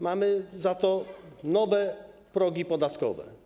Mamy za to nowe progi podatkowe.